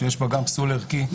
שיש בה פסול ערכי,